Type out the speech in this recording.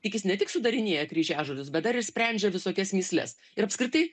tik jis ne tik sudarinėja kryžiažodžius bet dar ir sprendžia visokias mįsles ir apskritai